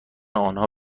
آنها